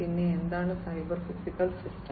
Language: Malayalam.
പിന്നെ എന്താണ് സൈബർ ഫിസിക്കൽ സിസ്റ്റം